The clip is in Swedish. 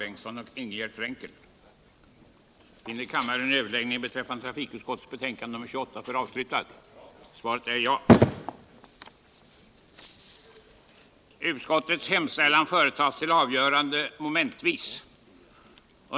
förbättra kollektiv förbättra kollektiv